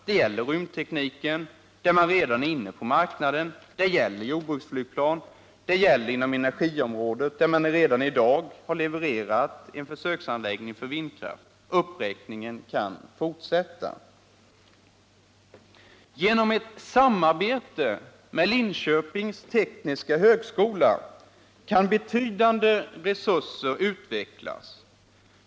Det gäller rymdteknik, där man redan är inne på marknaden, vidare jordbruksflygplan samt energiområdet, där man redan i dag har levererat en försöksanläggning för vindkraft. Uppräkningen kunde fortsättas. Genom ett samarbete med Linköpings tekniska högskola kan betydande resurser utvecklas.